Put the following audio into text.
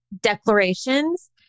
declarations